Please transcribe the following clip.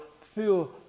feel